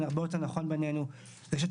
הרבה יותר נכון בעינינו --- השכלה.